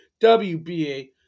WBA